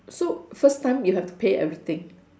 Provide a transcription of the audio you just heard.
so first time you have to pay everything